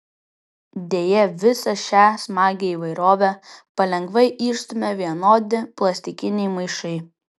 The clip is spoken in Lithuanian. deja visą šią smagią įvairovę palengva išstumia vienodi plastikiniai maišai